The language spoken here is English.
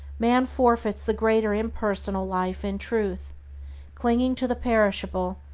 man forfeits the greater impersonal life in truth clinging to the perishable,